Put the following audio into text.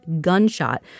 gunshot